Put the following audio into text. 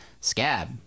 Scab